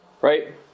right